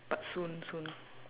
but soon soon